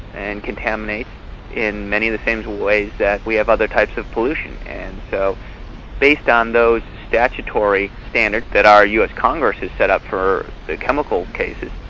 and contaminates in many of the same sort of ways that we have other types of pollution so based on those statutory standards that our us congress has set up for chemical cases,